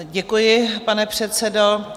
Děkuji, pane předsedo.